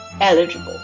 eligible